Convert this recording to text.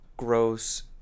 Gross